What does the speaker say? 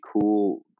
cool